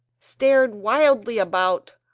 stared wildly about,